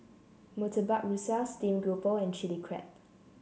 Murtabak Rusa Steamed Grouper and Chili Crab